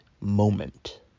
moment